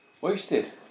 Wasted